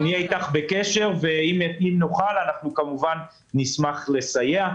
אנחנו נהיה אתך בקשר ואם נוכל כמובן נשמח לסייע.